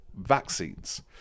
vaccines